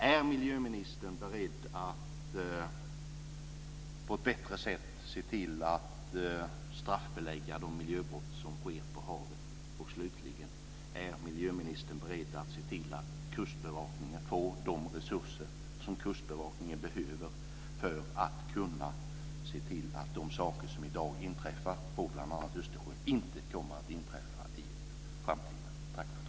Är miljöministern beredd att på ett bättre sätt se till att straffbelägga de miljöbrott som sker på havet? Är miljöministern slutligen beredd att se till att kustbevakningen får de resurser som man behöver för att kunna se till att de saker som i dag inträffar på bl.a. Östersjön inte kommer att inträffa i framtiden?